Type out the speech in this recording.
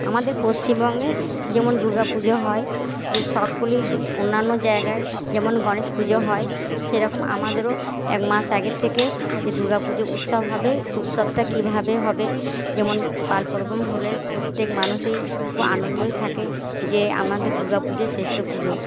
আমাদের পশ্চিমবঙ্গে যেমন দুর্গা পুজো হয় যে সকলই যে অন্যান্য জায়গায় যেমন গণেশ পুজো হয় সেরকম আমাদেরও এক মাস আগের থেকে যে দুর্গা পুজো উৎসব হবে সে উৎসবটা কীভাবে হবে যেমন পাল পর্বন হলে প্রত্যেক মানুষই খুব আনন্দই থাকে যে আমাদের দুর্গা পুজো শ্রেষ্ঠ পুজো